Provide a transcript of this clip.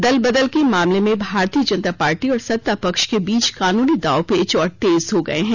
दलबदल के मामले में भारतीय जनता पार्टी और सत्ता पक्ष के बीच कानूनी दांवपेच और तेज हो गये हैं